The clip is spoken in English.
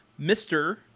Mr